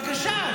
בבקשה,